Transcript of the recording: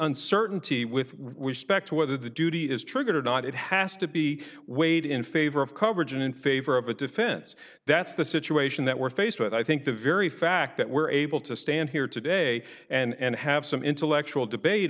uncertainty with respect to whether the duty is triggered or not it has to be weighed in favor of coverage and in favor of a defense that's the situation that we're faced with i think the very fact that we're able to stand here today and have some intellectual debate